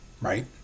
Right